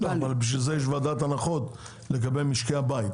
בשביל זה יש את ועדת ההנחות, לגבי משקי הבית.